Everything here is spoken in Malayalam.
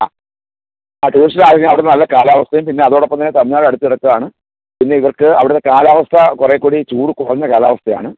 ആ ആ ടൂറിസ്റ്റ്കളായി കഴിഞ്ഞാൽ അവിടുന്ന് നല്ല കാലാവസ്ഥയും പിന്നെ അതോടൊപ്പം തന്നെ തമിഴ്നാട് അടുത്ത് കിടക്കുകയാണ് പിന്നെ ഇവര്ക്ക് അവിടുത്തെ കാലാവസ്ഥ കുറെ കൂടി ചൂട് കുറഞ്ഞ കാലാവസ്ഥയാണ്